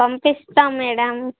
పంపిస్తాం మ్యాడమ్